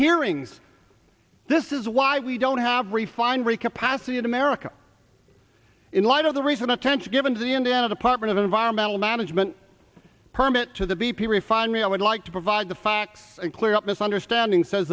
hearings this is why we don't have refinery capacity in america in light of the recent attention given to the indiana department of environmental management permit to the b p refinery i would like to provide the facts and clear up this understanding says